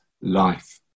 life